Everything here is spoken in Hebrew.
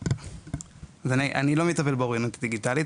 --- אני לא מטפל באוריינות דיגיטלית.